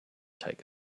take